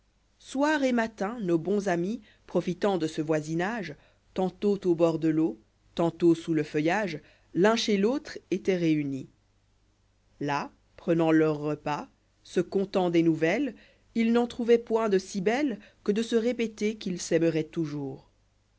soir et matin nos bons amis profitant de ce voisinage a tantôt au bord de l'eau tantôt spus le feuillage l'un chez l'autre étoient réunis ï à prenant leurs repasyse contant des nouvelles lis n'en tro'uvoient point de si belles que de se répéter qu'ils s'aimeroient toujours